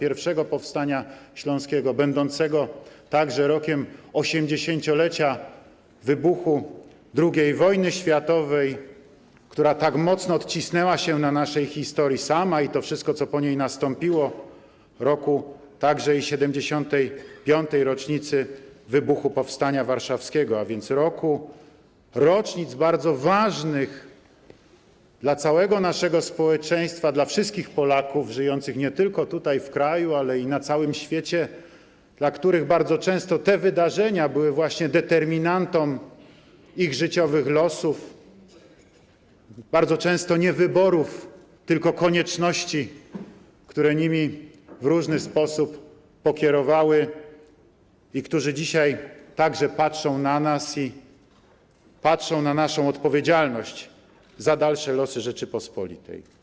I powstania śląskiego, będącym także rokiem 80-lecia wybuchu II wojny światowej, która tak mocno odcisnęła się na naszej historii - sama i to wszystko, co po niej nastąpiło - roku także i 75. rocznicy wybuchu powstania warszawskiego, a więc roku rocznic bardzo ważnych dla całego naszego społeczeństwa, dla wszystkich Polaków, żyjących nie tylko tutaj, w kraju, ale i na całym świecie, dla których bardzo często te wydarzenia były właśnie determinantą ich życiowych losów - bardzo często nie wyborów, tylko konieczności, które nimi w różny sposób pokierowały - i którzy dzisiaj także patrzą na nas i patrzą na naszą odpowiedzialność za dalsze losy Rzeczypospolitej.